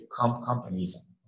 companies